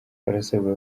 barasabwa